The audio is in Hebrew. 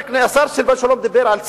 השר סילבן שלום דיבר על צדק,